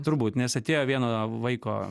turbūt nes atėjo vieno vaiko